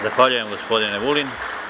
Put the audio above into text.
Zahvaljujem gospodine Vulin.